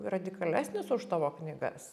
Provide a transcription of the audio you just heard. radikalesnis už tavo knygas